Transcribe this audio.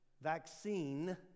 vaccine